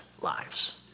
lives